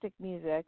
music